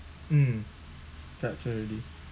mm capture already